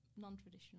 non-traditional